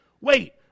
wait